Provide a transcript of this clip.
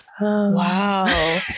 wow